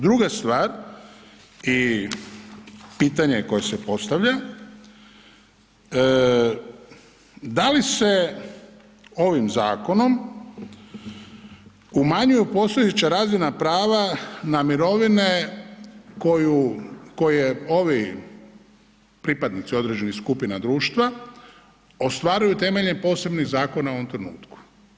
Druga stvar, i pitanje koje se postavlja, da li se ovim zakonom umanjuju postojeća razina prava na mirovine koju, koje ovi pripadnici određenih skupina društva ostvaruju temeljem posebnih zakona u ovom trenutku?